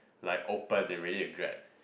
like open ready to grab